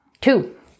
Two